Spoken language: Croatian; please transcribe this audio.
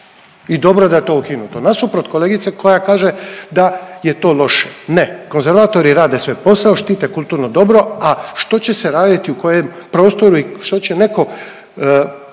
i dobro da je to ukinuto nasuprot kolegice koja kaže da je to loše. Ne, konzervatori rade svoj posao, štite kulturno dobro, a što će se raditi u kojem prostoru i što će netko